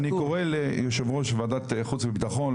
אני קורא ליושב ראש ועדת חוץ וביטחון,